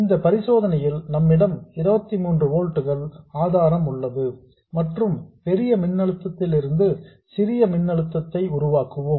இந்த பரிசோதனையில் நம்மிடம் 23 ஓல்ட்ஸ் ஆதாரம் உள்ளது மற்றும் பெரிய மின்னழுத்தத்திலிருந்து சிறிய மின்னழுத்தத்தை உருவாக்குவோம்